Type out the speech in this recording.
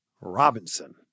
Robinson